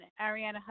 Ariana